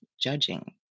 judging